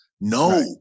No